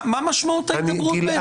מה משמעות ההידברות בינינו?